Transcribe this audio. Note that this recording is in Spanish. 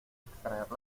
extraer